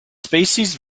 species